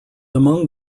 among